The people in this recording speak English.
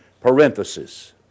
parenthesis